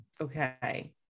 Okay